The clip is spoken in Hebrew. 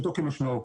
כפשוטו כמשמעו.